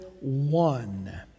one